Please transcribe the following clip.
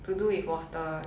to do with water